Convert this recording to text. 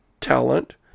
talent